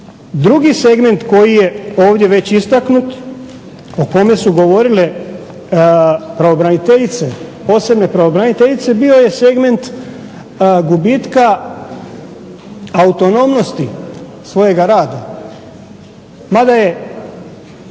Drugi segment koji je ovdje već istaknut, o kome su govorile pravobraniteljice, posebne pravobraniteljice bio je segment gubitka autonomnosti svojega rada mada je